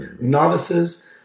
novices